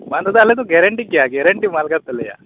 ᱵᱟᱝ ᱫᱟᱫᱟ ᱟᱞᱮ ᱰᱚ ᱜᱮᱨᱮᱱᱴᱤ ᱜᱮᱭᱟ ᱜᱮᱨᱮᱱᱴᱤ ᱢᱟᱞ ᱠᱟᱱ ᱛᱟᱞᱮᱭᱟ